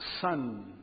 son